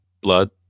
blood